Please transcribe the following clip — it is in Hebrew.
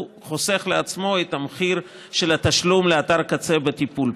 הוא חוסך לעצמו את המחיר של התשלום לאתר קצה לטיפול.